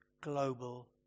global